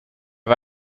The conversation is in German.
war